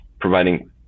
providing